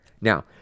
Now